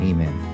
Amen